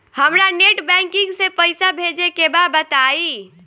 हमरा net banking से पईसा भेजे के बा बताई?